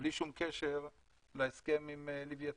בלי שום קשר להסכם עם לווייתן.